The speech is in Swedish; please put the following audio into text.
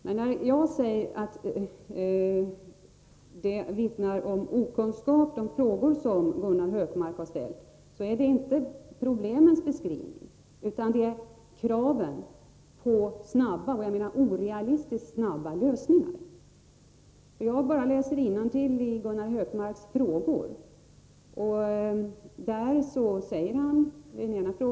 När jag säger att de frågor som Gunnar Hökmark har ställt vittnar om okunskap, avser jag inte problembeskrivningen utan kravet på orealistiskt snabba lösningar. Jag bara läser innantill i Gunnar Hökmarks interpellation.